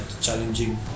challenging